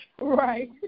Right